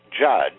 judge